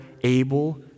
able